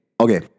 Okay